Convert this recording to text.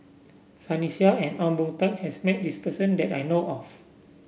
Sunny Sia and Ong Boon Tat has met this person that I know of